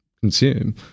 consume